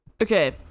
okay